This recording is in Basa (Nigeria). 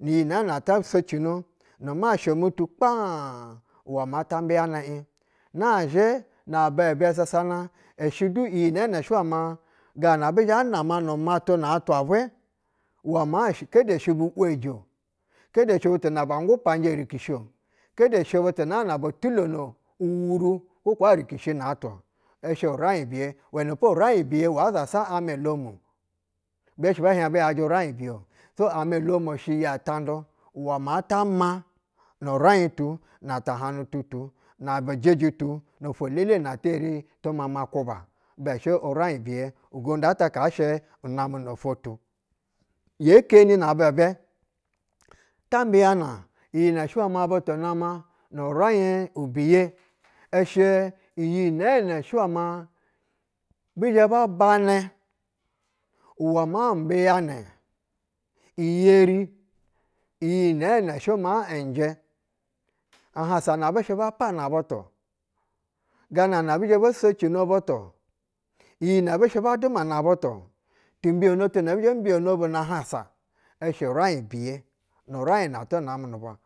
iyi nɛɛnɛ to socino nu masha mu tu kpaaɧ, uwɛ ma ta mbiyana ɛɧ. Nazhɛ nub a bɛ susana ishɛ du iyi shɛ ma gana bu zhɛ nama nu matu na atwa vwɛ uwɛ maa keƌe shɛ bu ‘weji-o, kede shɛ bu na ba ɧgu paujɛ erikishi-o, kede shɛ butu naana botulono uwuru kwo kaa erikishi na twa-o, ishɛ raiɧ wɛ. Uwɛnɛpo uraiɧ biye wa zasa amɛ domu, za butu zhɛ hiɛɧ bu yajɛ raiɧ biye-o. So amo domu shɛ yi atomdu uedɛ ma ta ma nu raiɧ tu na tahanututu, na bɛjɛjɛ tu nu taha nututu, na bɛjɛjɛ tu no fwo lele na eti, yeri tu mama kwuba, ibɛ shɛ waiɧ biye. Iyadƌu ata kaa shɛ unamɛ nofwo tu. Ye keni na ba bɛ, ta mbiana iyi nɛshɛ butu nama nu raiɧ ibiye, ishɛ iyi nɛɛnɛ shɛ wɛ ma bi zhɛ ba banɛ uwɛ maa mbiyanɛ, i yeri iyi nɛɛnɛ shɛ n njɛ. Ahansa na bushɛ ba pana butu, ganana bizhɛ bo socino butu, iyi nɛ bu shɛ ba duma na butu, timbiyonotu na abizhɛ bo mbiyobo bu na hansa, ishɛ raiɧ biye uraiɧ na tu na mɛ nu bwa.